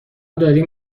داریم